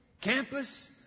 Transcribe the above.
campus